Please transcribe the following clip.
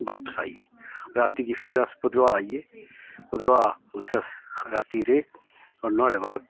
बापस आई गे राती गी फिर अस भदरवाह् आई गे भदरवाह् उत्थें अस रातीं रेह्